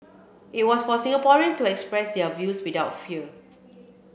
it was for Singaporean to express their views without fear